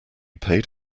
paid